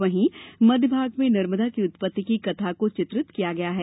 वहीं मध्य भाग में नर्मदा की उत्पत्ति की कथा को चित्रित किया गया है